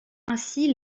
ainsi